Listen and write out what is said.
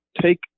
take